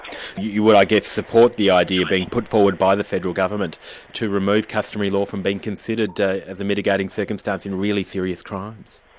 you would i guess support the idea being put forward by the federal government to remove customary law from being considered as a mitigating circumstance in really serious crimes?